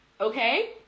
okay